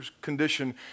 condition